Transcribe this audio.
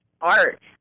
art